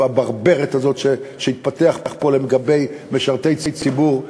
הברברת הזאת שהתפתחה פה אצל משרתי ציבור,